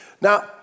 Now